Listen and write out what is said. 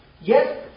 Yes